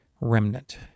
remnant